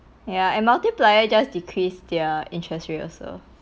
ya and multiplier just decreased their interest rate also